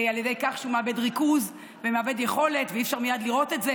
על ידי כך שהוא מאבד ריכוז ומאבד יכולת ואי-אפשר מייד לראות את זה.